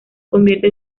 convierte